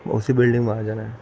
اسی بلڈنگ میں آ جانا ہے